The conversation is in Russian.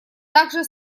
также